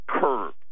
Curve